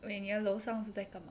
eh 你的楼上是在干嘛